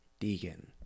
Deegan